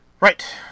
Right